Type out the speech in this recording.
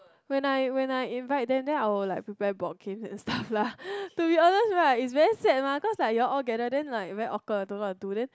when I when I invite them then I'll like prepare board games and stuffs lah to be honest right it's very sad mah cause like you all gather then very awkward don't know what to do